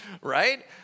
right